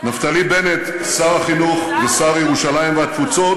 נפתלי בנט, שר החינוך ושר ירושלים והתפוצות.